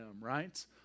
right